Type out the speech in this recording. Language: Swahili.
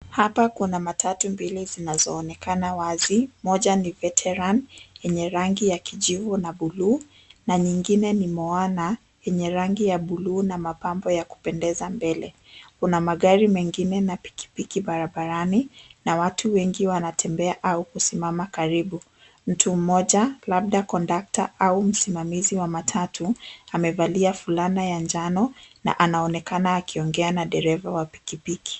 Hapa kuna matatu mbili zinazoonekana wazi moja ni Veterant enye rangi ya kijivu na bluu na nyingine ni Moyoan enye rangi ya bluu na mapambo ya kupendeza mbele. Kuna magari mengine na pikipiki barabarani na watu wengi na wanatembea au kusimama karibu. Mtu mmoja labda condutor au msimamisi wa matatu. Amevalia fulana ya njano na anaonekana akiongea na dereva wa pikipiki